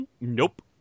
Nope